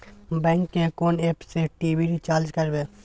Bank के कोन app से टी.वी रिचार्ज करबे?